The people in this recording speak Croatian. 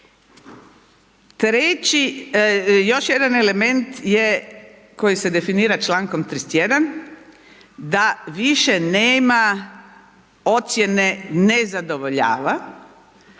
Treći, još jedan element je koji se definira čl. 31. da više nema ocjene nezadovoljavan,